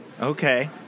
Okay